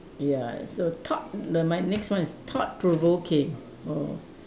ya so thought the my next one is thought provoking or